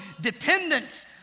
dependent